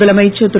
முதலமைச்சர் திரு